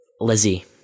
Lizzie